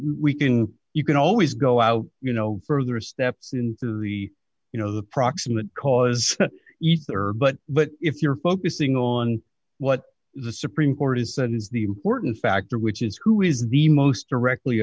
we can you can always go out you know further steps into the you know the proximate cause you there are but but if you're focusing on what the supreme court has said is the important factor which is who is the most directly